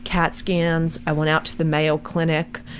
cat scans, i went out to the mayo clinic,